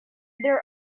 their